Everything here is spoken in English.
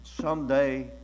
someday